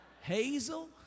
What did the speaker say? hazel